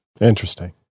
Interesting